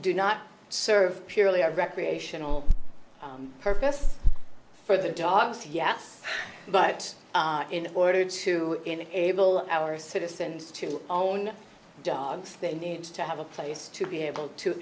do not serve purely a recreational purpose for their jobs yes but in order to enable our citizens to own dogs they need to have a place to be able to